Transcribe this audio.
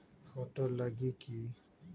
Photo लगी कि?